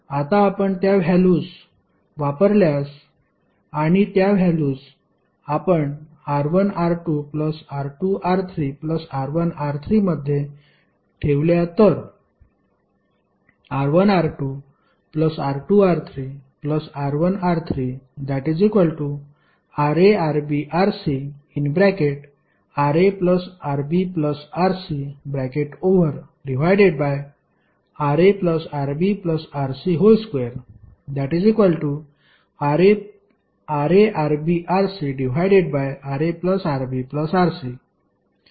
आता आपण त्या व्हॅल्युस वापरल्यास आणि त्या व्हॅल्युस आपण R1R2R2R3R1R3 मध्ये ठेवल्या तर R1R2R2R3R1R3RaRbRcRaRbRcRaRbRc2RaRbRcRaRbRc हे सोपे आहे